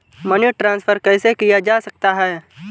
Money transfer कैसे किया जा सकता है?